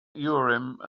urim